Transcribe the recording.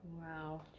Wow